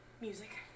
Music